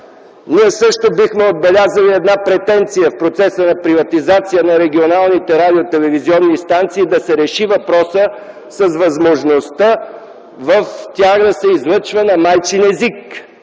Ние също бихме отбелязали една претенция в процеса на приватизация на регионалните радио-телевизионни станции да се реши въпроса с възможността в тях да се излъчва на майчин език,